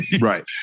Right